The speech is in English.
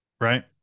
Right